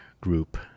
group